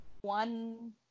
one